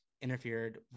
interfered